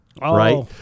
right